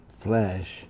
flesh